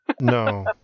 No